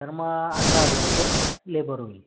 तर मग अठरा हजार रुपये लेबर होईल